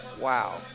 Wow